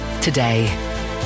today